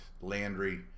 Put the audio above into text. Landry